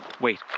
Wait